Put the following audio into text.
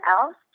else